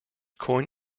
coin